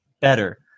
better